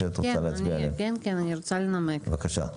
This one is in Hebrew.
בבקשה.